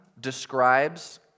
describes